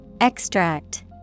Extract